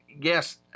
yes